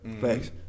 Thanks